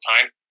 time